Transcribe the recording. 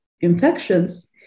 infections